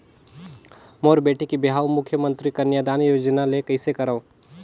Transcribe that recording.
मोर बेटी के बिहाव मुख्यमंतरी कन्यादान योजना ले कइसे करव?